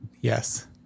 yes